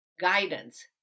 guidance